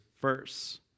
first